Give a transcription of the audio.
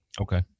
Okay